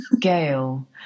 Gail